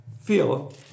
feel